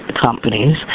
companies